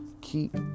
keep